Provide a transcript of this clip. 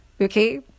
Okay